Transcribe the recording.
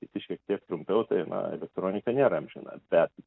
kiti šiek tiek trumpiau tai na elektronika nėra amžina bet